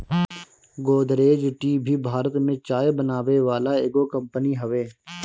Godrej tea भी भारत में चाय बनावे वाला एगो कंपनी हवे